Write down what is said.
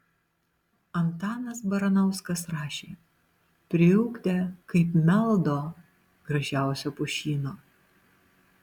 antanas baranauskas rašė priugdę kaip meldo gražiausio pušyno